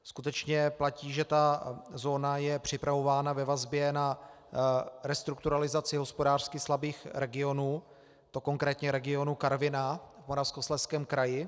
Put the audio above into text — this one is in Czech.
Skutečně platí, že ta zóna je připravována ve vazbě na restrukturalizaci hospodářsky slabých regionů, konkrétně regionu Karviná v Moravskoslezském kraji.